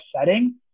setting